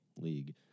league